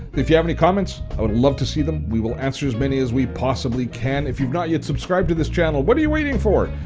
if you have any comments i would love to see them. we will answer as many as we possibly can. if you've not yet subscribed to this channel what are you waiting for?